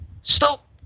Stop